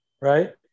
Right